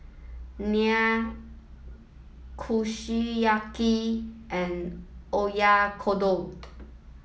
Naan Kushiyaki and Oyakodon